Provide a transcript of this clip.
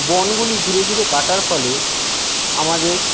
বনগুলি ধীরে ধীরে কাটার ফলে আমাদের